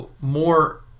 more